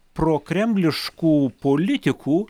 prokremliškų politikų